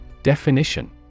Definition